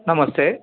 ನಮಸ್ತೆ